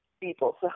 People